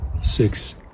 six